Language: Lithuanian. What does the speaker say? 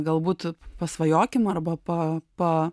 galbūt pasvajokim arba pa pa